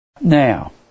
Now